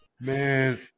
Man